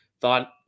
thought